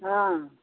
हाँ